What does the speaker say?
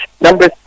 Number